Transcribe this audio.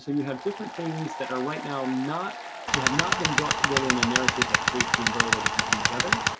so you have different things that are, right now, they have not been brought together in a narrative that creates the umbrella where they can come together.